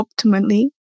optimally